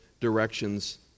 directions